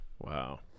Wow